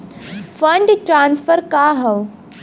Fund transfer का हव?